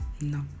no